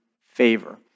favor